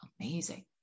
amazing